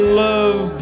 love